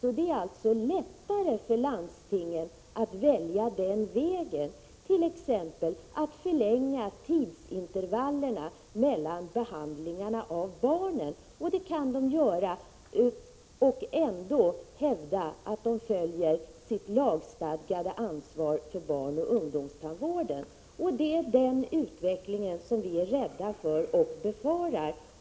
Det är alltså lättare för landstingen att välja den vägen, t.ex. att förlänga tidsintervallerna mellan behandlingarna av barnen. Det kan de göra och ändå hävda att de följer sitt lagstadgade ansvar för barnoch ungdomstandvården. Det är den utvecklingen vi är rädda för och befarar.